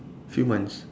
few months